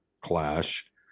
clash